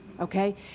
Okay